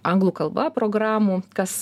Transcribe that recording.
anglų kalba programų kas